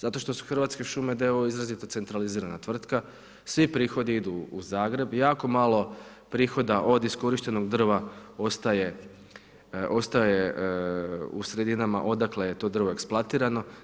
Zato što su Hrvatske šume d.o.o. izrazito centralizirana tvrtka, svi prihodi idu u Zagreb, jako malo prihoda od iskorištenog drva ostaje u sredinama odakle je to drvo eksploatirano.